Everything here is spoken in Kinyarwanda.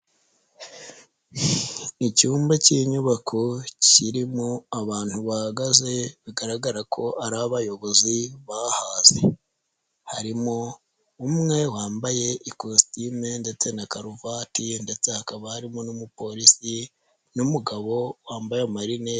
Icyumba k'inyubako kirimo abantu bahagaze bigaragara ko ari abayobozi bahaze, harimo umwe wambaye ikositime ndetse na karuvati ndetse hakaba harimo n'umupolisi n'umugabo wambaye amarinete.